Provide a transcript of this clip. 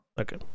Okay